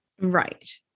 Right